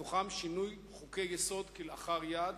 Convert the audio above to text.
ובתוכה שינוי חוקי-יסוד כלאחר יד,